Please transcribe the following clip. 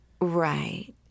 Right